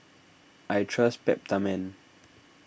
I trust Peptamen